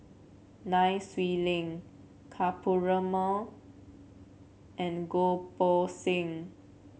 Nai Swee Leng Ka Perumal and Goh Poh Seng